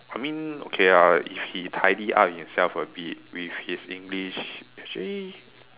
I mean okay ah if he tidy up himself a bit with his English actually